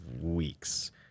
weeks